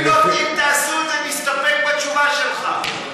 אם תעשו את זה, נסתפק בתשובה שלך.